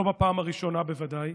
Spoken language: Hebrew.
לא בפעם הראשונה בוודאי,